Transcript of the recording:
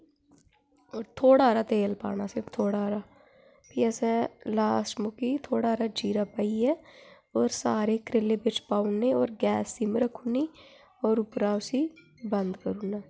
ओह् थोह्ड़ा तेल पाना असें थोह्ड़ा हारा भी असें लास्ट मौकी थोह्ड़ा हारा जीरा पाइयै होर सारे करेले बिच पाई ओड़ने गैस स्पिन रक्खी ओड़नी होर उप्परा उसी बंद करी ओड़ना